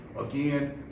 Again